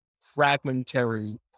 fragmentary